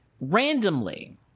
Randomly